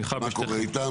מה קורה איתם?